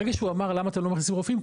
ברגע שהוא אמר למה אתם לא מכניסים רופאים?